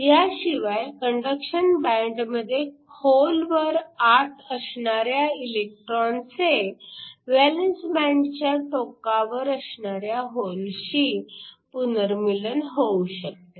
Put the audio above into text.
ह्याशिवाय कंडक्शन बँडमध्ये खोलवर आत असणारा इलेक्ट्रॉनचे व्हॅलन्स बँडच्या टोकावर असणाऱ्या होलशी पुनर्मीलन होऊ शकते